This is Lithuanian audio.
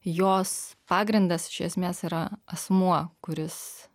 jos pagrindas iš esmės yra asmuo kuris